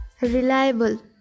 reliable